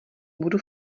budu